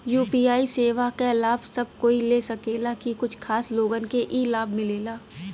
UPI सेवा क लाभ सब कोई ले सकेला की कुछ खास लोगन के ई लाभ मिलेला?